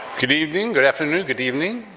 good evening, good afternoon, good evening.